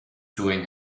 doing